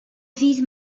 ddydd